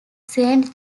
saint